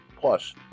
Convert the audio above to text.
Plus